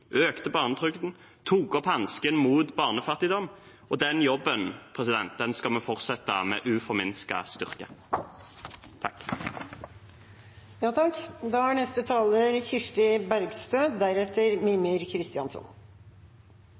økte barnetrygden og tok opp hansken mot barnefattigdom, og den jobben skal vi fortsette med uforminsket styrke.